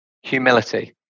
humility